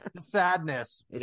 Sadness